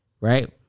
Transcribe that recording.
right